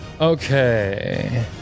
Okay